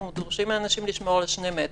ואנחנו דורשים מאנשים לשמור על שני מטר.